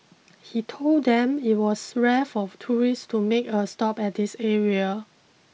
he told them it was rare for tourists to make a stop at this area